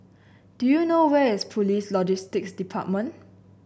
do you know where is Police Logistics Department